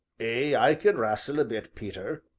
ay, i can wrastle a bit, peter,